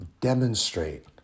Demonstrate